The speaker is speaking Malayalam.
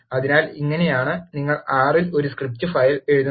അതിനാൽ ഇങ്ങനെയാണ് നിങ്ങൾ R ൽ ഒരു സ്ക്രിപ്റ്റ് ഫയൽ എഴുതുന്നത്